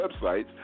websites